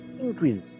increase